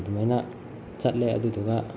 ꯑꯗꯨꯃꯥꯏꯅ ꯆꯠꯂꯦ ꯑꯗꯨꯗꯨꯒ